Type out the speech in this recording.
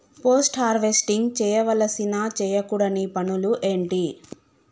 Post harvesting చేయవలసిన చేయకూడని పనులు ఏంటి?